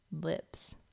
lips